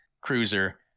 cruiser